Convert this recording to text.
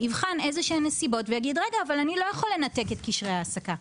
יבחן איזה שהן נסיבות ויגיד שהוא לא יכול לנתק את קשרי ההעסקה.